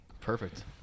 Perfect